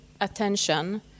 attention